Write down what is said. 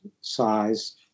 size